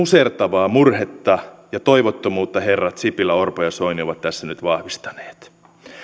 musertavaa murhetta ja toivottomuutta herrat sipilä orpo ja soini ovat tässä nyt vahvistaneet